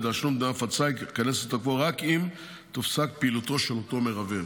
מתשלום דמי הפצה ייכנס לתוקפו רק אם תופסק פעילותו של אותו מרבב,